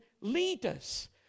leaders